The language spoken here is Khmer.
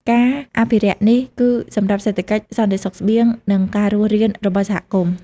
ការអភិរក្សនេះគឺសម្រាប់សេដ្ឋកិច្ច សន្តិសុខស្បៀង និងការរស់រានរបស់សហគមន៍។